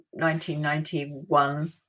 1991